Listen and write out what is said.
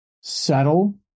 settle